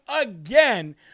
again